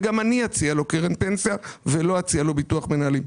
וגם אני אציע לו קרן פנסיה ולא אציע לו ביטוח מנהלים.